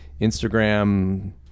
Instagram